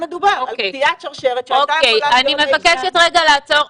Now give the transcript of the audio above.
אני מבקשת רגע לעצור.